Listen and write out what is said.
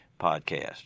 podcast